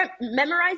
memorize